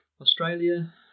Australia